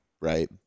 right